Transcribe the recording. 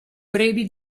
brevi